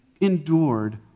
endured